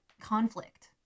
conflict